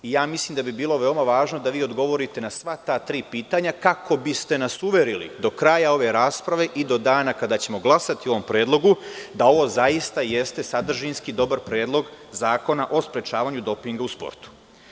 Mislim da bi bilo veoma važno da vi odgovorite na sva ta tri pitanja kako biste nas uverili do kraja ove rasprave i do dana kada ćemo glasati o ovom predlogu da ovo zaista jeste sadržinski dobar Predlog zakona o sprečavanju dopinga u sportu.